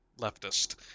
leftist